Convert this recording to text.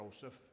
Joseph